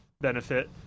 Benefit